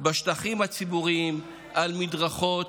בשטחים הציבוריים, על מדרכות,